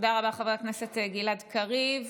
תודה רבה, חבר הכנסת גלעד קריב.